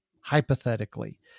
hypothetically